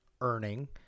earning